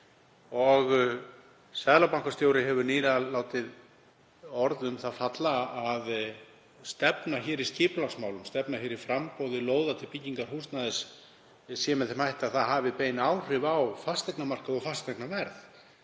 og seðlabankastjóri hefur nýlega látið orð um það falla að stefna í skipulagsmálum hér, stefna í framboði lóða til byggingar húsnæðis, sé með þeim hætti að það hafi bein áhrif á fasteignamarkað og fasteignaverð.